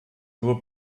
nur